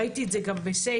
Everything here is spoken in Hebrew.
ראיתי את זה גם בסיף,